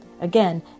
Again